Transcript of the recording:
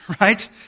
right